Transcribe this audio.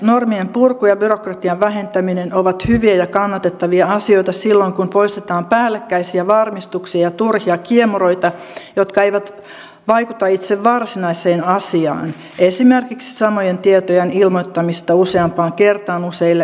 normien purku ja byrokratian vähentäminen ovat hyviä ja kannatettavia asioita silloin kun poistetaan päällekkäisiä varmistuksia ja turhia kiemuroita jotka eivät vaikuta itse varsinaiseen asiaan esimerkiksi samojen tietojen ilmoittamista useampaan kertaan useille viranomaisille